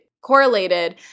correlated